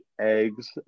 eggs